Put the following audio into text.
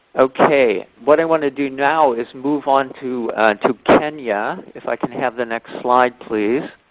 okay, what i want to do now is move on to to kenya, if i can have the next slide please.